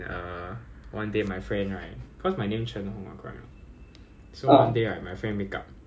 ya then he stared at me right then after that he like suddenly Chun Heng and that's ever~ that's when everything started